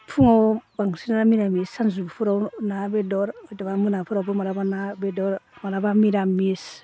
फुङाव बांसिनानो मिरामिस सानजुफोराव ना बेदर हयथ'बा मोनाफोरावबो माब्लाबा ना बेदर माब्लाबा मिरामिस